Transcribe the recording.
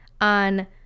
on